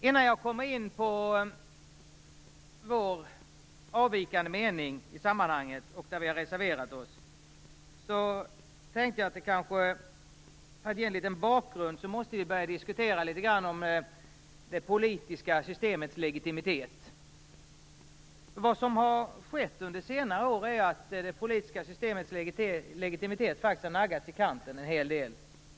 Innan jag kommer in på vår avvikande mening i sammanhanget, där vi har reserverat oss, tänkte jag, för att ge en bakgrund, litet grand diskutera det politiska systemets legitimitet. Vad som har skett under senare år är att det politiska systemets legitimitet har naggats i kanten en hel del.